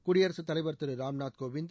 குடியரசுத் தலைவர் திரு ராம்நாத் கோவிந்த்